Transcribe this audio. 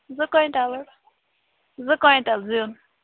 زٕ کۄینٛٹَل حظ زٕ کۄنٛیٹَل زیُن